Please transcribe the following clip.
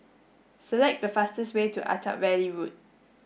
select the fastest way to Attap Valley Road